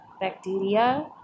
bacteria